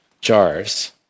jars